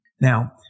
Now